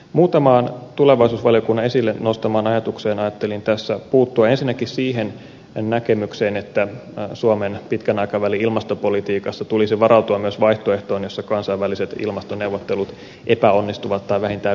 muutamaan tulevaisuusvaliokunnan esille nostamaan ajatukseen ajattelin tässä puuttua ensinnäkin siihen näkemykseen että suomen pitkän aikavälin ilmastopolitiikassa tulisi varautua myös vaihtoehtoon jossa kansainväliset ilmastoneuvottelut epäonnistuvat tai vähintään viivästyvät